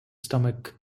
stomach